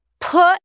Put